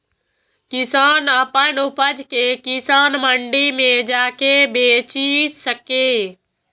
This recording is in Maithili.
किसान अपन उपज कें किसान मंडी मे जाके बेचि सकैए